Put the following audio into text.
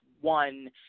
one